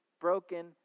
broken